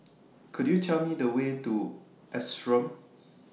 Could YOU Tell Me The Way to The Ashram